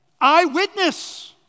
eyewitness